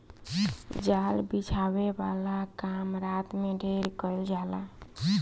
जाल बिछावे वाला काम रात में ढेर कईल जाला